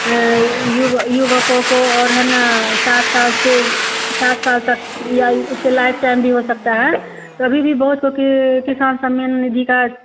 यु युवकों को और है ना साठ साल से साठ साल तक या उससे लाइफ टाइम भी हो सकता है तो अभी भी बहुत चूँकि किसान सम्मान निधि का